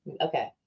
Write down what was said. Okay